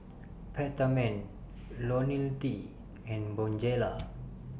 Peptamen Ionil T and Bonjela